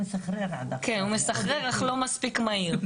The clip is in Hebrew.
כן, הוא מסחרר אך לא מספיק מהיר.